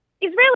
Israeli